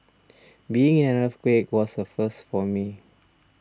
being in an earthquake was a first for me